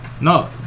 No